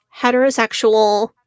heterosexual